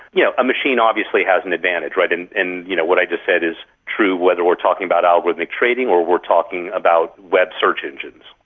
you know a machine obviously has an advantage. what and and you know what i just said is true whether we're talking about algorithmic trading or we're talking about web search engines.